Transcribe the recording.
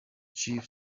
chief